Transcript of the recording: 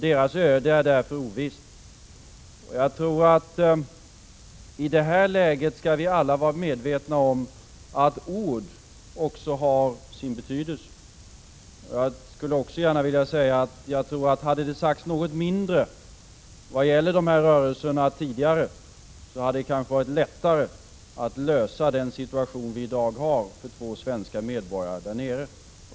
Deras öde är därför ovisst, och jag tror att vi alla i det här läget bör vara medvetna om att också ord har sin betydelse. Jag tror att om det hade talats något mindre beträffande de här rörelserna tidigare, då hade det kanske varit lättare att lösa den situation som vi har i dag för två svenska medborgare där nere.